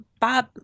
Bob